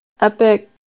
Epic